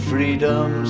Freedom